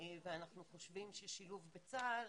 ואנחנו חושבים ששילוב בצה"ל